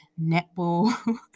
netball